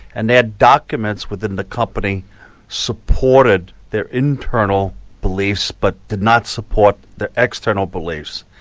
and they had documents within the company supported their internal beliefs, but did not support the external beliefs,